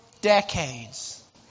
decades